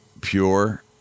pure